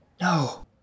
No